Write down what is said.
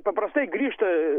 paprastai grįžta